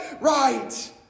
right